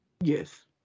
yes